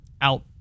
out